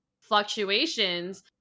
fluctuations